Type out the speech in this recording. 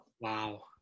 Wow